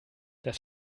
das